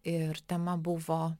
ir tema buvo